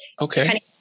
Okay